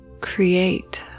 create